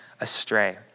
astray